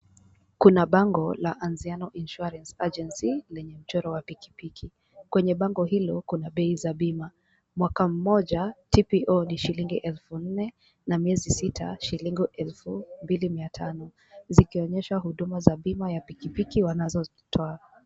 Kuna bango la Anziano Insurance Agency lenye mchoro wa pikipiki. Kwenye bango hilo kuna bei za bima. Mwaka mmoja, TPO ni 4000, na miezi sita, 2500 . Zikionyesha huduma za bima ya pikipiki wanazozitoa.